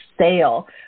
sale